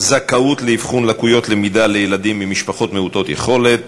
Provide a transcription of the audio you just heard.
זכאות לאבחון לקויות למידה לילדים ממשפחות מעוטות יכולות.